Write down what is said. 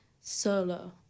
solo